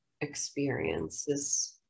experiences